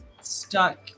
stuck